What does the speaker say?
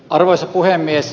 arvoisa puhemies